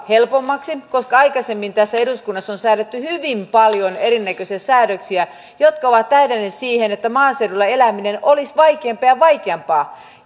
helpommaksi koska aikaisemmin eduskunnassa on säädetty hyvin paljon erinäköisiä säädöksiä jotka ovat tähdänneet siihen että maaseudulla eläminen olisi vaikeampaa ja vaikeampaa